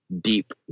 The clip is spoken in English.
deep